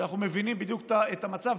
כשאנחנו מבינים בדיוק את המצב.